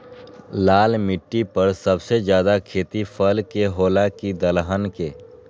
लाल मिट्टी पर सबसे ज्यादा खेती फल के होला की दलहन के?